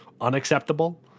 Unacceptable